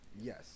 yes